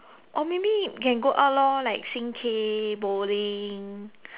or maybe you can go out lor like sing K bowling